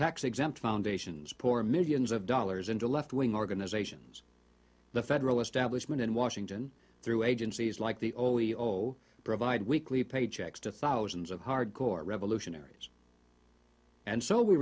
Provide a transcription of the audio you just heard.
tax exempt foundations poor millions of dollars into left wing organizations the federal establishment in washington through agencies like the oio provide weekly paychecks to thousands of hard core revolutionaries and so we